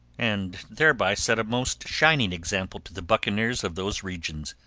and thereby set a most shining example to the buccaneers of those regions.